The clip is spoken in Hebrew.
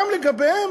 גם לגביהם